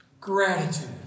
gratitude